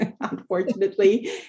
unfortunately